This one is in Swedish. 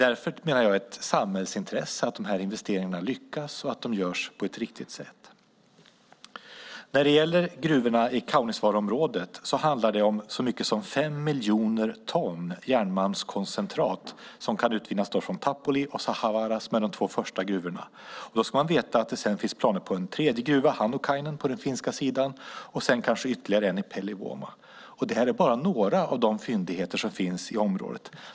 Därför menar jag att det är ett samhällsintresse att de här investeringarna lyckas och att de görs på ett riktigt sätt. När det gäller gruvorna i Kaunisvaaraområdet handlar det om så mycket som fem miljoner ton järnmalmskoncentrat som kan utvinnas från Tapuli och Sahavaara som är de två första gruvorna. Man ska också veta att det finns planer på en tredje gruva, Hannukainen, på den finska sidan och sedan kanske ytterligare en i Pellivuoma. Det här är bara några av de fyndigheter som finns i området.